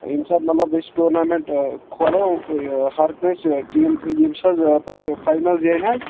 ییٚمہِ ساتہٕ مطلب أسۍ ٹورنامٮ۪نٛٹ کھولو یہِ ہر کٲنٛسہِ ٹیٖم ییٚمِس حظ پتہٕ فاینَل زینہِ حظ